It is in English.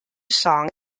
song